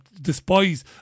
despise